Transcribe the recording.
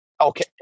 Okay